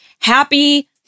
Happy